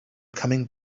coming